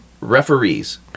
referees